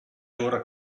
ora